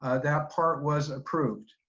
ah that part was approved.